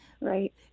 Right